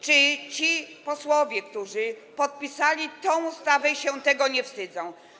Czy ci posłowie, którzy podpisali tę ustawę, się tego nie wstydzą?